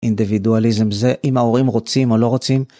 אינדיבידואליזם זה אם ההורים רוצים או לא רוצים.